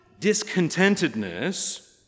discontentedness